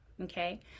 okay